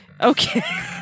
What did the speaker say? Okay